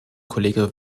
kollege